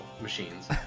machines